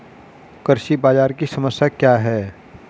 कृषि बाजार की समस्या क्या है?